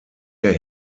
der